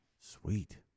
Sweet